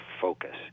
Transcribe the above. focus